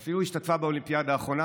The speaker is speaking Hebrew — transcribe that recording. היא אפילו השתתפה באולימפיאדה האחרונה.